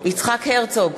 יצחק הרצוג,